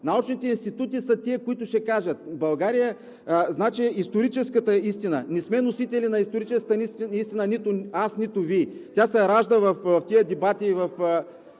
Научните институти са тези, които ще кажат историческата истина. Не сме носители на историческата истина нито аз, нито Вие. Тя се ражда в тези дебати и в